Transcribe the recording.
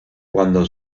cuando